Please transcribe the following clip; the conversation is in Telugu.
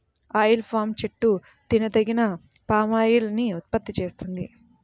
ఆయిల్ పామ్ చెట్టు తినదగిన పామాయిల్ ని ఉత్పత్తి చేస్తుంది